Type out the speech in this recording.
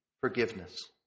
forgiveness